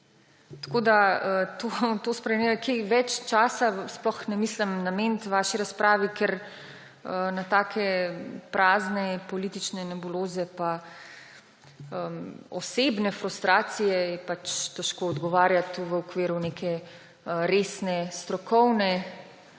Tako da to sprenevedanje – kaj več časa sploh ne mislim nameniti vaši razpravi, ker na takšne prazne politične nebuloze in osebne frustracije je pač težko odgovarjati v okviru neke resne strokovne